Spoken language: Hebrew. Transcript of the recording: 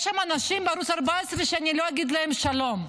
יש שם אנשים בערוץ 14 שאני לא אגיד להם שלום,